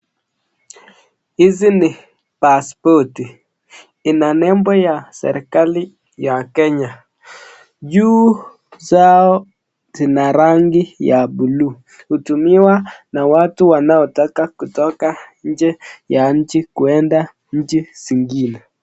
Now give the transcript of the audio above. Hizi ni pasipoti. Ina nembo ya serikali ya Kenya. Juu zao zina rangi ya buluu. Hutumiwa na watu wanaotaka kutoka nje ya nchi kuenda nchi zingine.